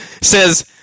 says